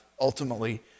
ultimately